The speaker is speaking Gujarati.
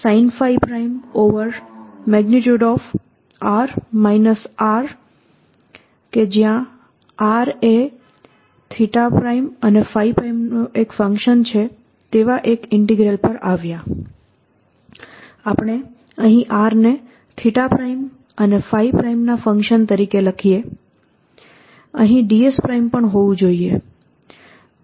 આપણે ફરીથી R ને થીટા પ્રાઇમ અને ϕ ફાઇ પ્રાઇમ ના ફંક્શન તરીકે લખીએ અહીં ds પણ હોવું જોઈએ